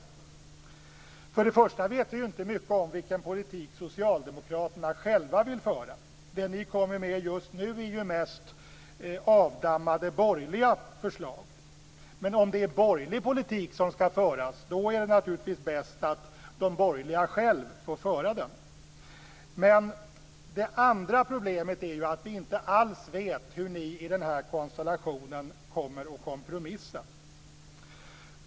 För det första vet vi ju inte mycket om vilken politik socialdemokraterna själva vill föra. Det ni kommer med just nu är ju mest avdammade borgerliga förslag. Men om det är borgerlig politik som skall föras är det naturligtvis bäst att de borgerliga själva får föra den. Det andra problemet är att vi inte alls vet hur ni i den här konstellationen kommer att kompromissa.